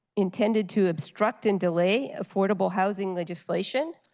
intended to obstruct and delay affordable housing legislation,